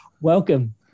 welcome